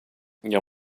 your